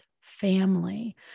family